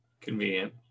Convenient